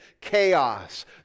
chaos